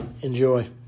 enjoy